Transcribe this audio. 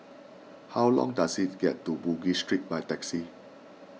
how long does it get to Bugis Street by taxi